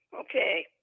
Okay